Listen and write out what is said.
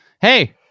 Hey